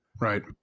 Right